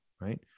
right